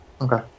Okay